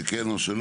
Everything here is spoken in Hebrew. או שכן או שלא.